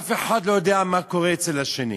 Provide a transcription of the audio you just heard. אף אחד לא יודע מה קורה אצל השני,